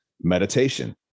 meditation